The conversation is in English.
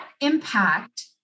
impact